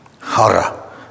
Hara